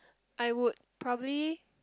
I would probably